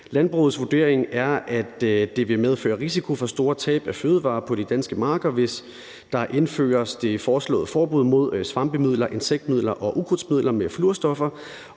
Landbrugets vurdering er, at det vil medføre risiko for store tab af fødevarer på de danske marker, hvis der indføres det foreslåede forbud mod svampemidler, insektmidler og ukrudtsmidler med fluorstoffer,